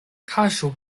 kaŝu